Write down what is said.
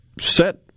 set